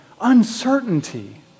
uncertainty